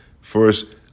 first